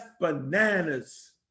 bananas